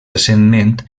recentment